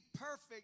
perfect